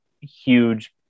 huge